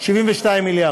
72 מיליארד.